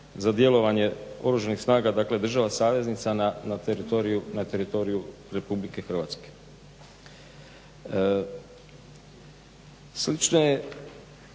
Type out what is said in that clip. za djelovanje Oružanih snaga, dakle država saveznica na teritoriju Republike Hrvatske. Slično